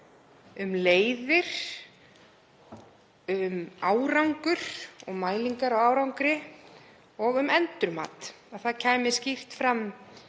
um leiðir, um árangur og mælingar á árangri og um endurmat, að það kæmi skýrar fram